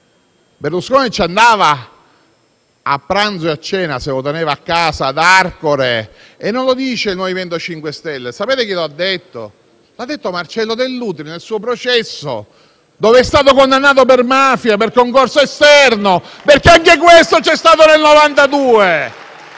quest'ultimo ci andava a pranzo e cena e se lo teneva a casa, ad Arcore. E non lo dice il MoVimento 5 Stelle; sapete chi lo ha detto? Marcello Dell'Utri nel suo processo, in cui è stato condannato per mafia, per concorso esterno; anche questo c'è stato nel 1992.